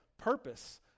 purpose